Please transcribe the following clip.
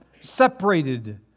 separated